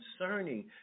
concerning